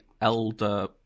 Elder